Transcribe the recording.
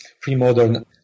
pre-modern